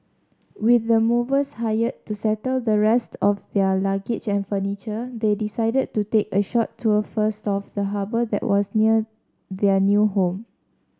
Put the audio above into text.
with the movers hired to settle the rest of their luggage and furniture they decided to take a short tour first of the harbour that was near their new home